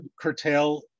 curtail